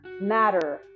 matter